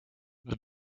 the